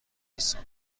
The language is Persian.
هستین